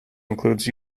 includes